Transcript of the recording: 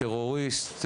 טרוריסט,